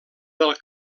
del